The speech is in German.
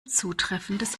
zutreffendes